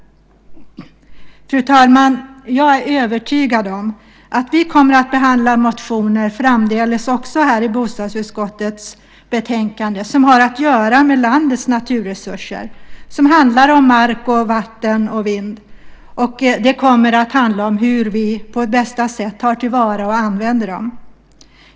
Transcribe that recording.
Fru talman! Jag är övertygad om att vi också framdeles i bostadsutskottets betänkanden kommer att behandla motioner som har att göra med landets naturresurser, mark, vatten och vind. Det kommer att handla om hur vi på bästa sätt tar till vara och använder dem.